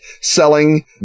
selling